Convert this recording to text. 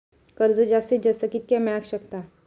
कर्ज जास्तीत जास्त कितक्या मेळाक शकता?